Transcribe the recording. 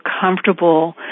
comfortable